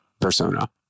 persona